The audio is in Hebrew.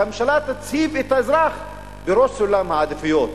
שהממשלה תציב את האזרח בראש סולם העדיפויות,